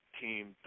team